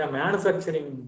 manufacturing